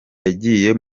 yagiye